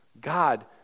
God